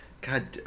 God